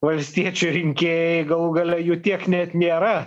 valstiečių rinkėjai galų gale jų tiek net nėra